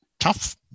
tough